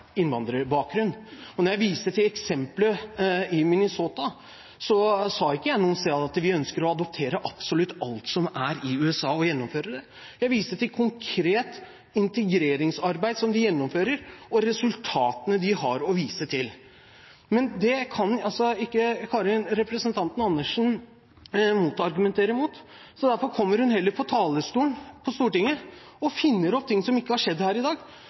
jeg viste til eksempelet i Minnesota, sa jeg ikke noe sted at vi ønsker å adoptere absolutt alt som er i USA og gjennomføre det. Jeg viste til konkret integreringsarbeid som de gjennomfører, og resultatene de har å vise til. Det kan altså ikke representanten Andersen argumentere mot. Derfor kommer hun heller på talerstolen på Stortinget og finner opp ting som ikke har skjedd her i dag,